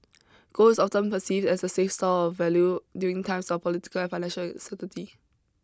gold is often perceived as a safe store of value during times of political and financial uncertainty